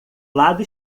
lado